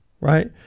Right